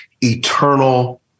eternal